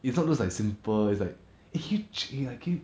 it's not those like simple it's like h~